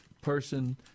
person